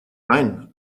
nein